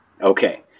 okay